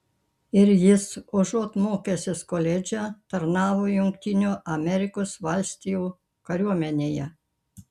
ir jis užuot mokęsis koledže tarnavo jungtinių amerikos valstijų kariuomenėje